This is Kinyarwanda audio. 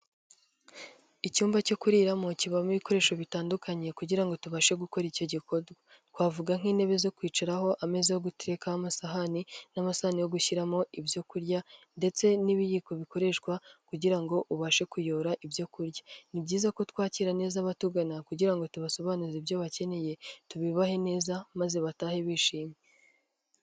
Icyumba cyo kuriramo kibamo ibikoresho bitandukanye kugira ngo tubashe gukora icyo gikorwa, twavuga nk'intebe zo kwicaraho, ameza yo guterekaho amasahane n'amasahane yo gushyiramo ibyo kurya ndetse n'ibiyiko bikoreshwa kugira ngo ubashe kuyora ibyo kurya. Ni byiza ko twakira neza abatugana kugira ngo tubasobanurire ibyo bakeneye, tubibahe neza maze batahe bishimye.